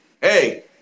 hey